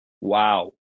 wow